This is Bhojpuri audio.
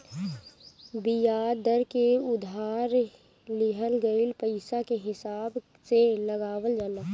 बियाज दर के उधार लिहल गईल पईसा के हिसाब से लगावल जाला